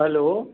hello